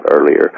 earlier